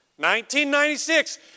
1996